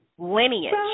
Lineage